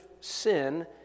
sin